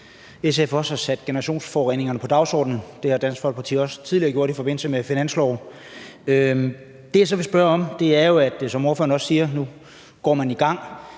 SF også har sat generationsforureningerne på dagsordenen. Det har Dansk Folkeparti også tidligere gjort i forbindelse med finansloven. Det, jeg så vil spørge om, handler om det, som ordføreren også siger: at nu går man i gang.